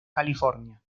california